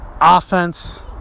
offense